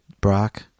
Brock